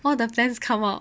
all the plans come out